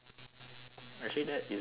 actually that isn't that quite cool